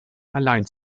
allein